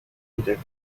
different